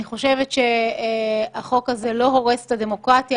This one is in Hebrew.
אני חושבת שהחוק הזה לא הורס את הדמוקרטיה.